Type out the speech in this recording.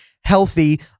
healthy